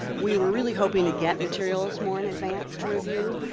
we were really hope be to get materials more in advance to review.